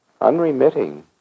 unremitting